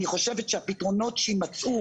אני חושבת שהפתרונות שיימצאו,